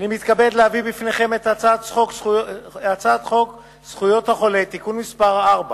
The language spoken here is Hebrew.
אני מתכבד להביא בפניכם את הצעת חוק זכויות החולה (תיקון מס' 4),